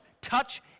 touch